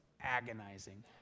agonizing